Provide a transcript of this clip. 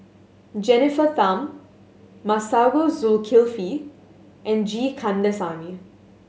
Jennifer Tham Masagos Zulkifli and G Kandasamy